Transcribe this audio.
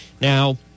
Now